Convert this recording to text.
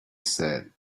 said